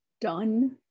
done